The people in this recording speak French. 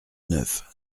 neuf